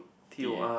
T A